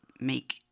make